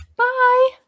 Bye